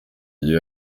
gihe